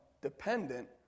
dependent